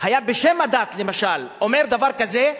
היה בשם הדת למשל אומר דבר כזה,